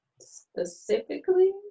specifically